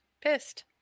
pissed